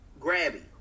grabby